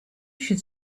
should